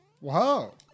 Whoa